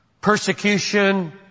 persecution